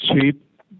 cheap